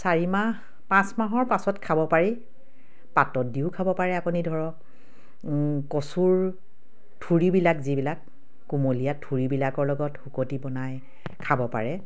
চাৰি মাহ পাঁচ মাহৰ পাছত খাব পাৰি পাতত দিও খাব পাৰে আপুনি ধৰক কচুৰ থুৰিবিলাক যিবিলাক কোমলীয়া থুৰিবিলাকৰ লগত শুকতি বনাই খাব পাৰে